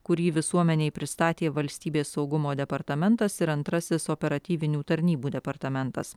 kurį visuomenei pristatė valstybės saugumo departamentas ir antrasis operatyvinių tarnybų departamentas